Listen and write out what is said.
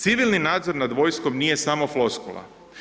Civilni nadzor nad vojskom nije samo floskula.